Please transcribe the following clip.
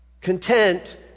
Content